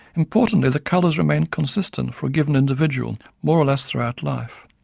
importantly the colours remain consistent for a given individual more or less throughout life.